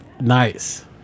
Nice